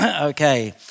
Okay